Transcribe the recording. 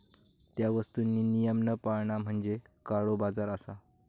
त्या वस्तुंनी नियम न पाळणा म्हणजे काळोबाजार असा